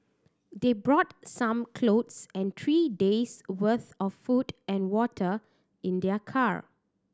they brought some clothes and three days' worth of food and water in their car